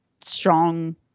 strong